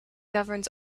governs